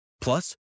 Plus